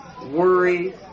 worry